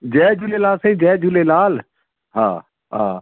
जय झूलेलाल साईं जय झूलेलाल हा हा